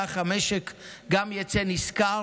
כך גם המשק יצא נשכר,